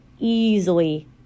easily